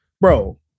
bro